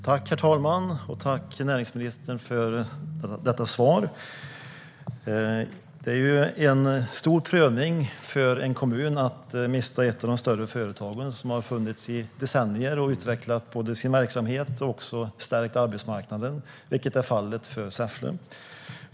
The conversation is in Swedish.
Herr talman! Tack, näringsministern, för detta svar! Det är en stor prövning för en kommun att mista ett av de större företagen som har funnits i decennier och både har utvecklat sin verksamhet och stärkt arbetsmarknaden, vilket är fallet för Säffle.